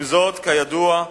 עם זאת, כידוע,